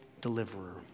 deliverer